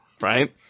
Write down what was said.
Right